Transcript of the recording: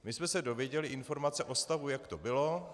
My jsme se dověděli informace o stavu, jak to bylo.